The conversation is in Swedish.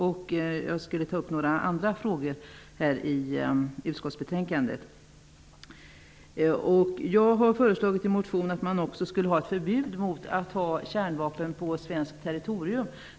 Jag skall ta upp några andra frågor i utskottsbetänkandet. Jag har föreslagit i en motion att man också skulle ha ett förbud mot att ha kärnvapen på svenskt territorium.